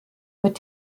mit